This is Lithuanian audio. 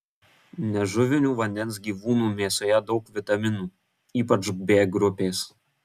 nežuvinių vandens gyvūnų mėsoje daug vitaminų ypač b grupės